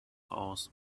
aus